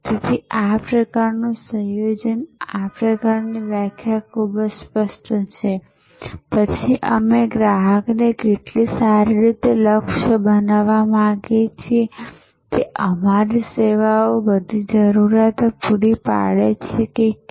તેથી આ પ્રકારનું સંયોજન આ પ્રકારની વ્યાખ્યા ખૂબ જ સ્પષ્ટ છે અને પછી અમે ગ્રાહકને કેટલી સારી રીતે લક્ષ્ય બનાવીએ છીએ અમારી સેવાઓ બધી જરૂરિયાતો પૂરી કરી રહી છે કે કેમ